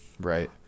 right